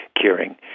curing